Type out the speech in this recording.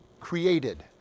created